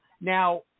Now